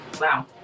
Wow